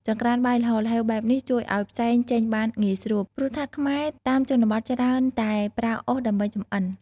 ចង្ក្រានបាយល្ហល្ហេវបែបនេះជួយឱ្យផ្សែងចេញបានងាយស្រួល ព្រោះថាខ្មែរតាមជនបទច្រើនតែប្រើអុសដើម្បីចម្អិន។